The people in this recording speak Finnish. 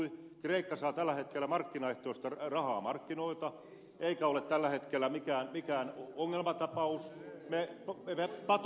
kreikka saa tällä hetkellä markkinaehtoista rahaa markkinoilta eikä ole tällä hetkellä mikään ongelmatapaus me patosimme sen